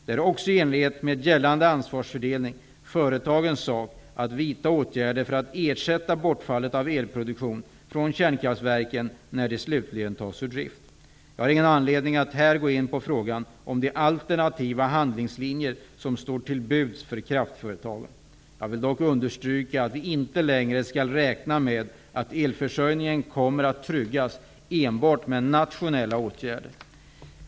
Det är också, i enlighet med gällande ansvarsfördelning, företagens sak att vidta åtgärder för att ersätta bortfallet av elproduktion från kränkraftsverken när de slutligt tas ur drift. Jag har ingen anledning att här gå in på frågan om de alternativa handlingslinjer som står till buds för kraftföretagen. Jag vill dock undestryka att vi inte längre skall räkna med att elförsörjningen tryggas enbart med nationella åtgärder.